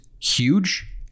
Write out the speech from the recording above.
huge